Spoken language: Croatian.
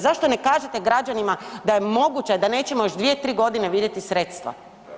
Zašto ne kažete građanima da je moguće da nećemo još dvije, tri godine vidjeti sredstva?